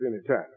anytime